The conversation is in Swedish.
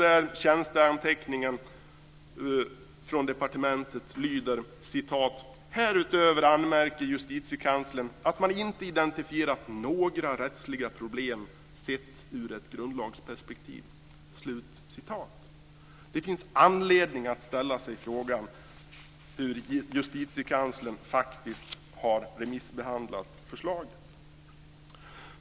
Tjänsteanteckningen från departementet lyder: "Härutöver anmärker Justitiekanslern att man inte identifierat några rättsliga problem sett ur ett grundlagsperspektiv." Det finns anledning att ställa sig frågan hur Justitiekanslern faktiskt har remissbehandlat förslaget.